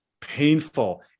painful